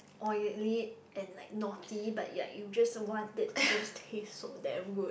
oily and like naughty but ya you just want it because it just taste so damn good